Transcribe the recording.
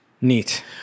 Neat